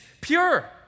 pure